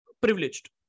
privileged